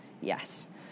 Yes